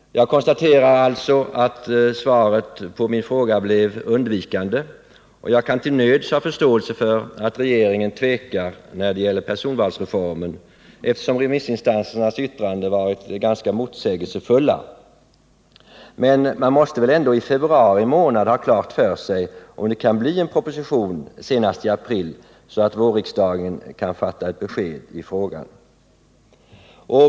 Jag konstaterar alltså att svaret på min fråga blev undvikande. Jag kan till nöds ha förståelse för att regeringen tvekar när det gäller personvalsreformen eftersom remissinstansernas yttranden varit ganska motsägelsefulla. Men man måste väl ändå i februari månad ha klart för sig om det skall bli någon proposition senast i april, så att vårriksdagen kan fatta beslut i frågan.